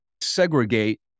segregate